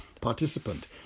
participant